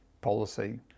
policy